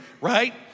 right